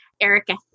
Erica